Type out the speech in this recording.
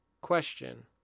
Question